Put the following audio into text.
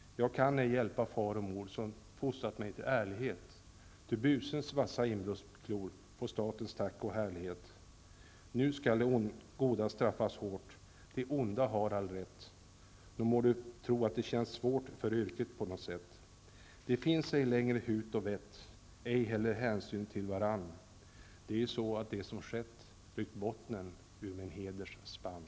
Jag kan ej hjälpa far och mor, som fostrat mig till ärlighet. Ty busens vassa inbrottsklor får statens tack och härlighet. Nu skall det goda straffas hårt. Det onda har all rätt. Då må du tro att det känns svårt för yrket på nå't sätt. Det finns ej längre hut och vett, ej heller hänsyn till varann. Det är ju så att det som skett ryckt bottnen ur min heders spann.